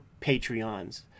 Patreons